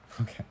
Okay